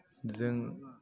जों